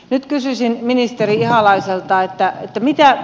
nyt kysyisin ministeri ihalaiselta